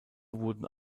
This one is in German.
wurden